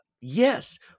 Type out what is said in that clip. Yes